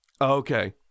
Okay